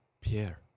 Pierre